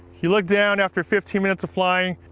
you look down after fifteen minutes of flying,